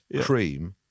cream